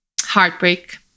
heartbreak